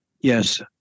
Yes